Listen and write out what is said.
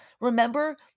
remember